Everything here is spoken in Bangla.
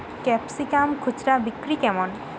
ক্যাপসিকাম খুচরা বিক্রি কেমন?